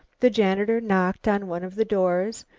the janitor knocked on one of the doors,